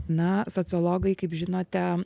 na sociologai kaip žinote